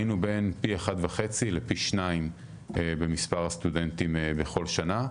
היינו בין פי 1.2 לפי 2 במספר הסטודנטים בכל שנה.